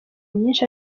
myinshi